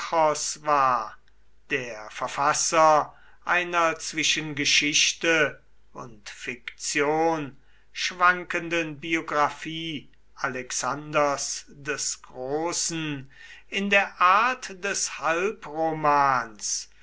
der verfasser einer zwischen geschichte und fiktion schwankenden biographie alexanders des großen in der art des